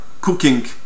cooking